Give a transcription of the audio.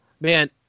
man